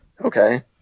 Okay